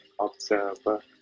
observer